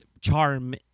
charm